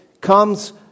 comes